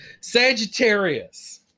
Sagittarius